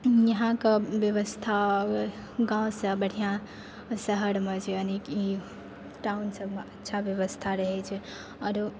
यहाँ के व्यवस्था गाँवसँ बढ़िआँ शहरमे छै यानी की टाउन सबमे अच्छा व्यवस्था रहै छै आओरो